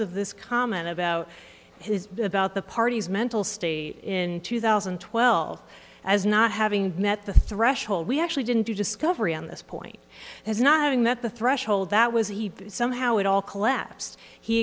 of this comment about his about the party's mental state in two thousand and twelve as not having met the threshold we actually didn't do discovery on this point as not having met the threshold that was he somehow it all collapsed he